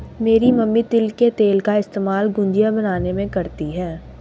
मेरी मम्मी तिल के तेल का इस्तेमाल गुजिया बनाने में करती है